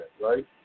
right